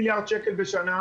למה אתה לא יכול להתייחס?